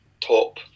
top